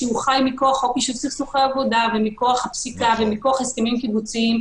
שחי מכוח חוק יישוב סכסוכי עבודה ומכוח הפסיקה ומכוח הסכמים קיבוציים.